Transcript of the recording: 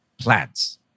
plants